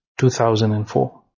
2004